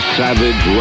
savage